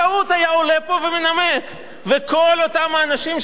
וכל אותם האנשים שבשבוע שעבר דיברו נגד, אלקין,